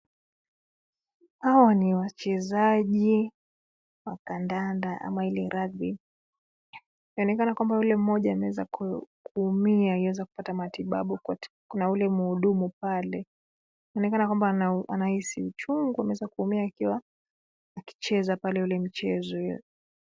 Hawa ni wachezaji wa kandanda ama Ile rugby , inaonekana kwamba yule mmoja anaweza kuumia na kuweza kupata matibabu na yule muhudumu pale, inaonekana kwamba anahisi uchungu ,ameweza kuumia akiwa akicheza pale ule mchezo.